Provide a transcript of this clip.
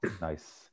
Nice